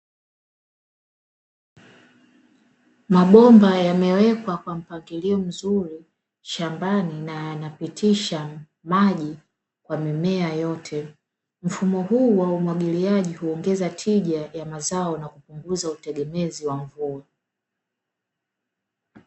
Mabomba yamewekwa kwa mpangilio mzuri shambani na yanapitisha maji kwa mimea yote. Mfumo huu wa umwagiliaji huongeza tija ya mazao na kupunguza utegemezi wa mvua.